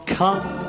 come